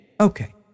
Okay